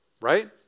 right